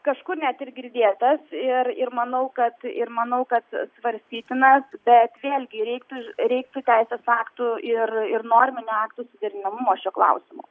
kažkur net ir girdėtas ir ir manau kad ir manau kad svarstytinas bet vėlgi reiktų reiktų teisės aktų ir ir norminių aktų suderinamumo šiuo klausimu